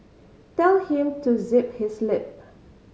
tell him to zip his lip